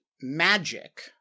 magic